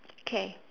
K